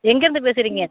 எங்கேருந்து பேசுறீங்க